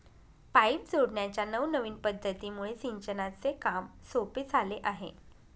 pipe जोडण्याच्या नवनविन पध्दतीमुळे सिंचनाचे काम सोपे झाले आहे